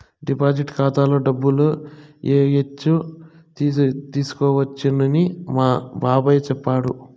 deposit ఖాతాలో డబ్బులు ఏయచ్చు తీసుకోవచ్చని మా బాబాయ్ చెప్పాడు